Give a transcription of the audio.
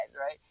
right